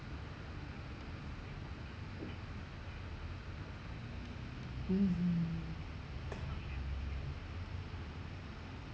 mm